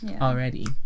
already